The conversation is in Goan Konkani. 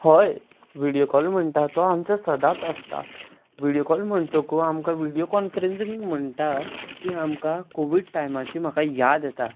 हय व्हिडियो कॉलींग म्हणटा तो आमचे सदांच आसता व्हिडियो कॉलींग म्हणटकूच आमकां व्हिडियो कॉन्फ्रन्सींग म्हणटा ती आमकां कोवीड टायमाची म्हाका याद येता